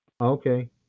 Okay